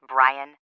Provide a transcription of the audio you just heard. Brian